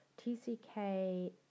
TCK